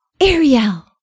Ariel